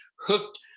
hooked